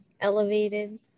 elevated